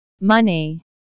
Money